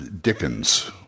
Dickens